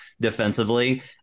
defensively